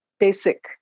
Basic